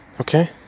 okay